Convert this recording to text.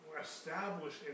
established